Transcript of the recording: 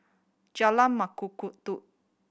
Jalan Mengkudu